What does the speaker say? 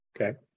okay